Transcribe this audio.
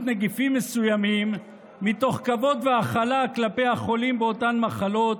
נגיפים מסוימים מתוך כבוד והכלה כלפי החולים באותן מחלות.